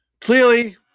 Clearly